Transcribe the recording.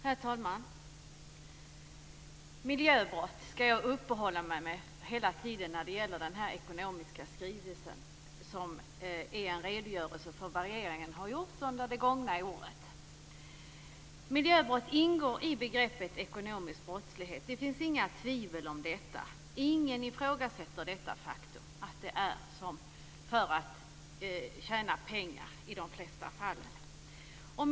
Herr talman! Jag skall i mitt inlägg om den här ekonomiska skrivelsen, som är en redogörelse för vad regeringen har gjort under det gångna året, uppehålla mig vid miljöbrott. Miljöbrott ingår i begreppet ekonomisk brottslighet. Det finns inga tvivel om detta. Ingen ifrågasätter att syftet med miljöbrotten i de flesta fall är att tjäna pengar.